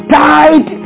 died